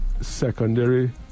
secondary